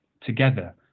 together